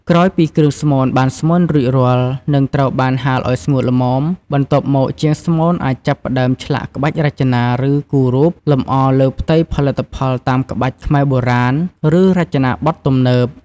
ក្រោយពីគ្រឿងស្មូនបានស្មូនរួចរាល់ នឹងត្រូវបានហាលឲ្យស្ងួតល្មម បន្ទាប់មកជាងស្មូនអាចចាប់ផ្ដើម ឆ្លាក់ ក្បាច់រចនា ឬគូររូប លម្អលើផ្ទៃផលិតផលតាមក្បាច់ខ្មែរបុរាណ ឬរចនាបថទំនើប។